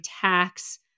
tax